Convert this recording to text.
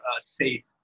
safe